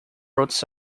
uses